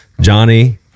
Johnny